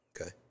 Okay